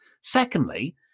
Secondly